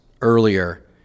earlier